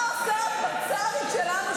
בעלת הבית --- מה עושה הפצ"רית שלנו,